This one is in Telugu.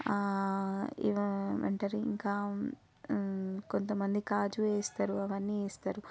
ఏమి అంటారు ఇంకా కొంత మంది కాజూ వేస్తారు అవన్నీ వేస్తారు